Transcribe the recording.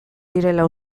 direla